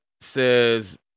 says